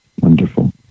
Wonderful